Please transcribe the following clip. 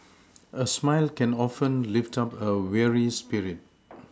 a smile can often lift up a weary spirit